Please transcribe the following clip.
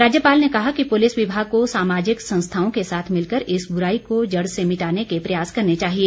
राज्यपाल ने कहा कि पुलिस विभाग को सामाजिक संस्थाओं के साथ मिलकर इस बुराई को जड़ से मिटाने के प्रयास करने चाहिए